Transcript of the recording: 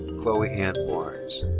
chloe anne barnes.